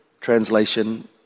translation